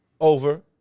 over